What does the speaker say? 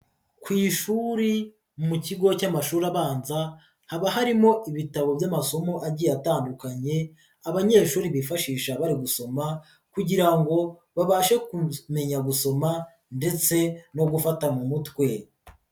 Ku ishuri mu kigo cy'amashuri abanza, haba harimo ibitabo by'amasomo agiye atandukanye abanyeshuri bifashisha bari gusoma kugira ngo babashe kumenya gusoma ndetse no gufata mu mutwe.